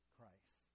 Christ